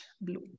blue